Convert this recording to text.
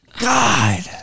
God